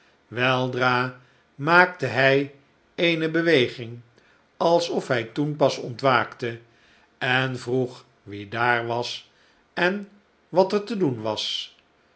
weldra maakte hij eene beweging alsof hij toen pas ontwaakte en vroeg wie daar was en wat er te doen was